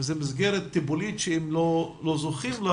זאת מסגרת טיפולית שהם לא זוכים לה